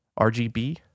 RGB